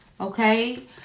okay